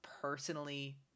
personally